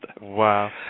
Wow